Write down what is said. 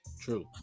true